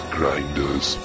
Grinders